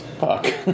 Fuck